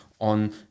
on